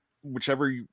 whichever